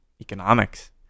economics